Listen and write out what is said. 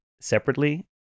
separately